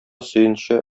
сөенче